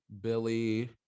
Billy